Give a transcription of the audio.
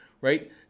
right